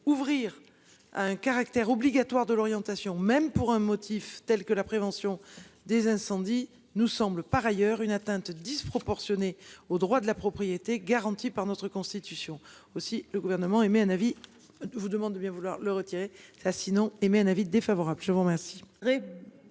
ouvrir à un caractère obligatoire de l'orientation même pour un motif tels que la prévention des incendies, nous semble par ailleurs une atteinte disproportionnée au droit de la propriété, garanti par notre Constitution. Aussi, le Gouvernement émet un avis.